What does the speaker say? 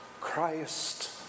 Christ